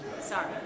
sorry